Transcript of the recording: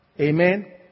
Amen